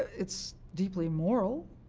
it's deeply immoral.